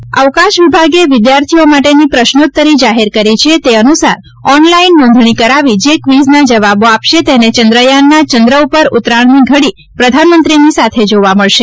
quiz અવકાશ વિભાગે વિદ્યાર્થીઓ માટેની પ્રશ્નોત્તરી જાહેર કરી છે તે અનુસાર ઓન લાઇન નોંધણી કરાવી જે ક્વિઝના જવાબો આપશે તેને ચંદ્રયાનના ચંદ્ર પર ઉતરાણની ઘડી પ્રધાનમંત્રીની સાથે જોવા મળશે